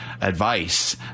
advice